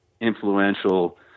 influential